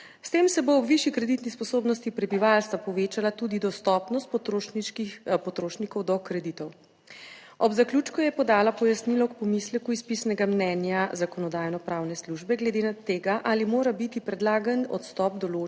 S tem se bo ob višji kreditni sposobnosti prebivalstva povečala tudi dostopnost potrošniških potrošnikov do kreditov. Ob zaključku je podala pojasnilo k pomisleku iz pisnega mnenja Zakonodajno-pravne službe glede na tega ali mora biti predlagan odstop določen